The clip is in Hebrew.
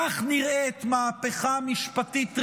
כך נראית מהפכה משפטית ראויה,